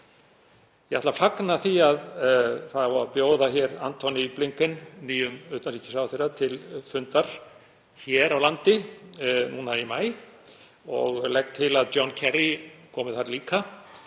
Ég ætla að fagna því að það á að bjóða Antony Blinken, nýjum utanríkisráðherra, til fundar hér á landi í maí og legg til að John Kerry komi líka